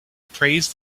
praise